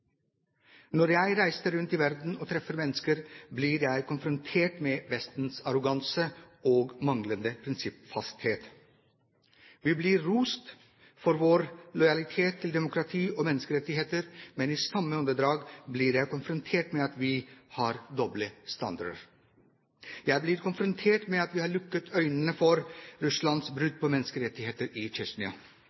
Når jeg reiser rundt i verden og treffer mennesker, blir jeg konfrontert med Vestens arroganse og manglende prinsippfasthet. Vi blir rost for vår lojalitet til demokrati og menneskerettigheter, men i samme åndedrag blir jeg konfrontert med at vi har doble standarder. Jeg blir konfrontert med at vi har lukket øynene for Russlands brudd på menneskerettigheter i